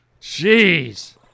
Jeez